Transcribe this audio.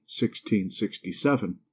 1667